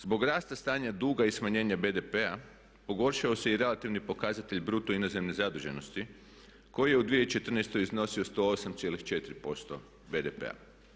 Zbog rasta stanja duga i smanjenja BDP-a pogoršao se i relativni pokazatelj bruto inozemne zaduženosti koji je u 2014. iznosio 108,4% BDP-a.